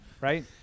right